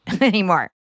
anymore